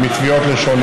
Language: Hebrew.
לך,